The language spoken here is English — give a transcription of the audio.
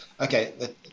okay